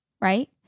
right